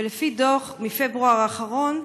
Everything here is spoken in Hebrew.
ולפי דוח מפברואר האחרון,